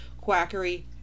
quackery